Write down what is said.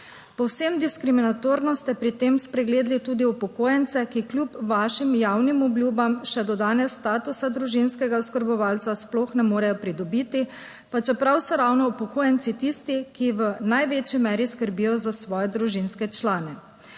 Povsem diskriminatorno ste pri tem spregledali tudi upokojence, ki kljub vašim javnim obljubam še do danes statusa družinskega oskrbovalca sploh ne morejo pridobiti, pa čeprav so ravno upokojenci tisti, ki v največji meri skrbijo za svoje družinske člane.